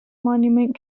monument